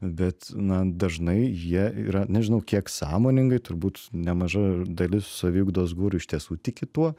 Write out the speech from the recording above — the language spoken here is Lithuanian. bet na dažnai jie yra nežinau kiek sąmoningai turbūt nemaža dalis saviugdos guru iš tiesų tiki tuo